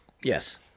Yes